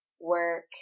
work